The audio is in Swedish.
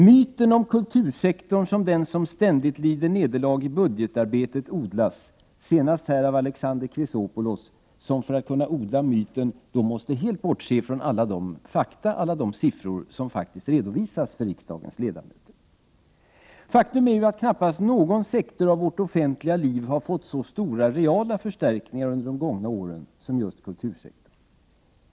Myten om kultursektorn som den sektor som ständigt lider nederlag i budgetarbetet odlas, senast här av Alexander Chrisopoulos, som för att kunna odla myten måste bortse från alla fakta och siffror som redovisas för riksdagens ledamöter. Faktum är ju att knappast någon sektor av vårt offentliga liv har fått så stora reala förstärkningar under de gångna åren som just kultursektorn.